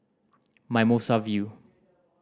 Mimosa View